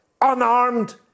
unarmed